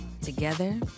Together